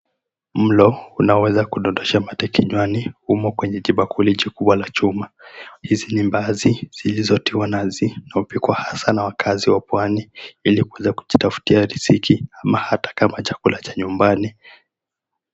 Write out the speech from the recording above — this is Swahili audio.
Mlo unaweza kudondosha mate kinywani umo kwenye kibakuli cha chuma, hizi ni mbaazi zilizotiwa nazi na hupikwa haswa na wakaazi wa pwani ili kuweza kujitafutia riziki ama hata chakula cha nyumbani.